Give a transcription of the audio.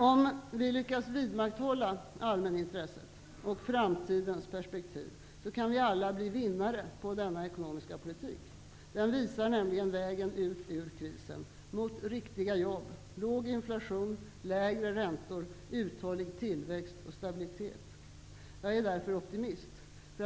Om vi lyckas vidmakthålla allmänintressets och framtidens perspektiv kan vi alla bli vinnare på denna ekonomiska politik. Den visar nämligen vägen ut ur krisen, mot riktiga jobb, låg inflation, lägre räntor, uthållig tillväxt och stabilitet. Jag är därför optimist.